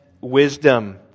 wisdom